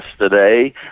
yesterday